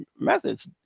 methods